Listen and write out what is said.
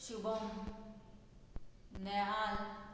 Shubham Nehal